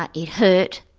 but it hurt,